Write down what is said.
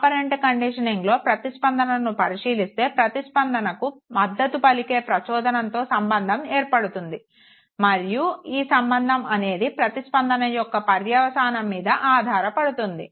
operant conditioning లో ప్రతిస్పందనను పరిశీలిస్తే ప్రతిస్పందనకు మద్దతు పలికే ప్రచోదనంతో సంబంధం ఏర్పడుతుంది మరియు ఈ సంబంధం అనేది ప్రతిస్పందన యొక్క పర్యవసానం మీద ఆధారపడుతుంది